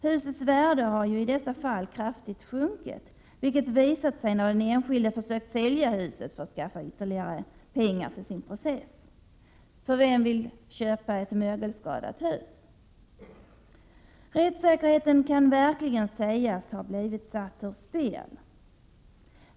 Husets värde har ju i dessa fall kraftigt sjunkit, vilket visat sig när den enskilde försökt sälja huset för att skaffa ytterligare pengar till sin process. För vem vill köpa ett mögelskadat hus? Rättssäkerheten kan verkligen sägas ha blivit satt ur spel.